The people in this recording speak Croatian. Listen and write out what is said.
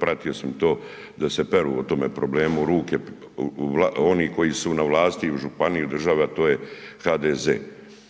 pratio sam to, da se peru o tome problemu ruke oni koji su na vlasti i u županiji i u državi, a to je HDZ.